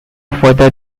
further